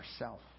ourself